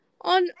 On